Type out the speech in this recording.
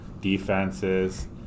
Defenses